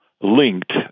linked